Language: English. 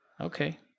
Okay